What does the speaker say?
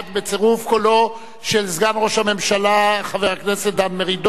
בצירוף קולו של סגן ראש הממשלה חבר הכנסת דן מרידור.